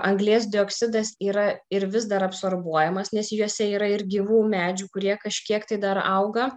anglies dioksidas yra ir vis dar absorbuojamas nes juose yra ir gyvų medžių kurie kažkiek tai dar auga